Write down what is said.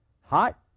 hot